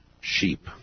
sheep